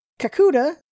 Kakuda